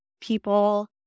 people